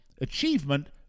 achievement